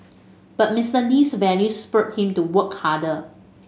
but Mister Lee's values spurred him to work harder